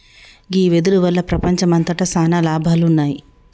గీ వెదురు వల్ల ప్రపంచంమంతట సాన లాభాలున్నాయి